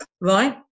right